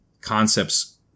concepts